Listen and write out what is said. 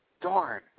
Darn